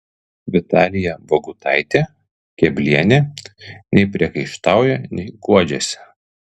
vitalija bogutaitė keblienė nei priekaištauja nei guodžiasi